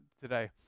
today